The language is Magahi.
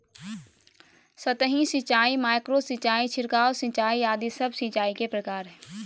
सतही सिंचाई, माइक्रो सिंचाई, छिड़काव सिंचाई आदि सब सिंचाई के प्रकार हय